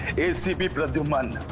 acp pradyuman